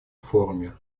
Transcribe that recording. форуме